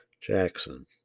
Jackson